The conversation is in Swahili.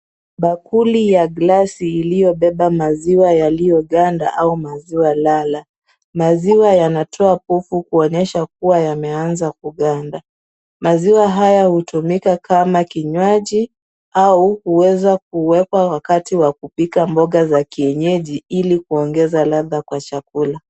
Bakuli ya glasi iliyobeba maziwa yaliyoganda au maziwa lala. Maziwa yanatoa pofu kuonyesha kuwa, yameanza kuganda. Maziwa haya hutumika kama kinywaji, au huweza kuwekwa wakati wa kupika mboga za kienyeji, ili kuongeza ladha kwa chakula.